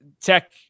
Tech –